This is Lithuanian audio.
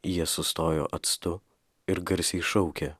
jie sustojo atstu ir garsiai šaukė